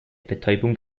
betäubung